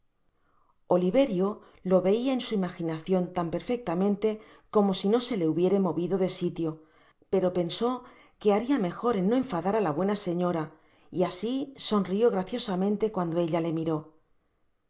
oliverio lo veia en su imaginacion tan perfectamente como si no se le hubiere movido de sitio pero pensó que haria mejor en no enfadar á la buena señora y'asi sonrió graciosamente cuando ella le miró